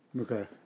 okay